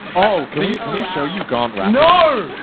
oh, can we show you garnt rapping? no!